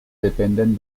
dependen